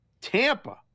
Tampa